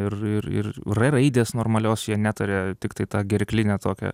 ir ir ir r raidės normalios jie netaria tiktai ta gerkline tokia